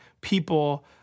people